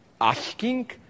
asking